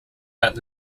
but